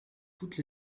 toutes